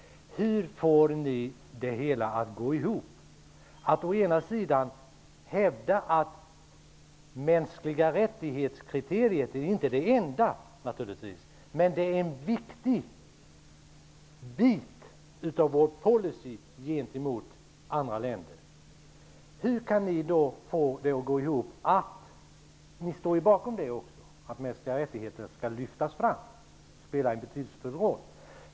Hur får ni det hela att gå ihop? Kriteriet mänskliga rättigheter är naturligtvis inte det enda, men det är en viktig del av vår policy gentemot andra länder. Också ni anser ju att de mänskliga rättigheterna bör lyftas fram och att de spelar en betydelsefull roll.